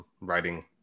writing